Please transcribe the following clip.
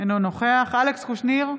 אינו נוכח אלכס קושניר,